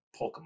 Pokemon